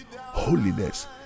holiness